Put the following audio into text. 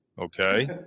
okay